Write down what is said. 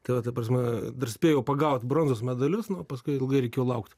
tai va ta prasme dar spėjau pagaut bronzos medalius nu o paskui ilgai reikėjo laukt